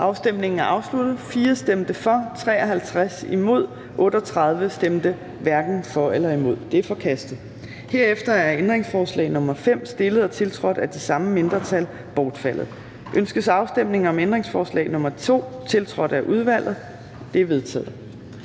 hverken for eller imod stemte 38 (V, DF og KF). Det er forkastet. Herefter er ændringsforslag nr. 5, stillet og tiltrådt af de samme mindretal, bortfaldet. Ønskes afstemning om ændringsforslag nr. 2, tiltrådt af udvalget? Det er vedtaget.